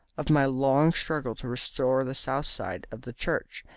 of my long struggle to restore the south side of the church,